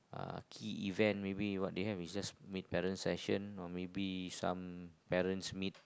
uh key event maybe what they have is just meet parent session or maybe some parents meet